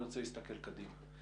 אני רוצה להסתכל קדימה.